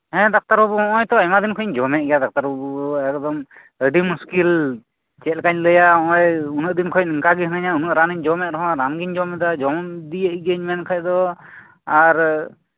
ᱦᱮᱸ ᱰᱟᱠᱛᱟᱨ ᱵᱟᱹᱵᱩ ᱱᱚᱜᱚᱭ ᱛᱚ ᱟᱭᱢᱟ ᱫᱤᱱ ᱠᱷᱚᱱᱤᱧ ᱡᱚᱢ ᱮᱫ ᱠᱟᱱ ᱜᱮᱭᱟ ᱰᱟᱠᱛᱟᱨ ᱵᱟᱹᱵᱩ ᱮᱠᱫᱚᱢ ᱟᱹᱰᱤ ᱢᱩᱥᱠᱤᱞ ᱪᱮᱫ ᱞᱮᱠᱟᱹᱧ ᱞᱟᱹᱭᱟ ᱩᱱᱟᱹᱜ ᱫᱤᱱ ᱠᱷᱚᱱ ᱚᱱᱠᱟ ᱜᱮ ᱦᱤᱱᱟᱹᱧᱟ ᱩᱱᱟᱹᱜ ᱨᱟᱱ ᱤᱧ ᱡᱚᱢᱮᱫ ᱨᱮᱦᱚᱸ ᱨᱟᱱᱜᱮᱧ ᱡᱚᱢ ᱮᱫᱟ ᱡᱚᱢ ᱤᱫᱤᱭᱮᱫ ᱜᱤᱭᱟᱹᱧ ᱢᱮᱱᱠᱷᱟᱱ ᱫᱚ ᱟᱨ